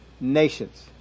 nations